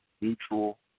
neutral